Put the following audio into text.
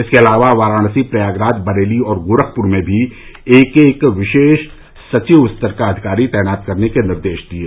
इसके अलावा वाराणसी प्रयागराज बरेली और गोरखपुर में भी एक एक विशेष सचिव स्तर का अधिकारी तैनात करने के निर्देश दिये